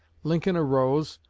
lincoln arose,